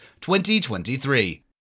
2023